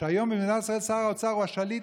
שהיום במדינת ישראל שר האוצר הוא השליט,